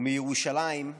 ומירושלים,